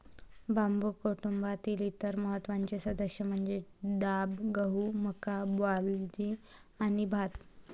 बांबू कुटुंबातील इतर महत्त्वाचे सदस्य म्हणजे डाब, गहू, मका, बार्ली आणि भात